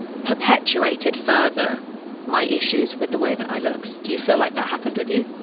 perpetuated further my issues with the way that i look. so do you feel like that happened with you?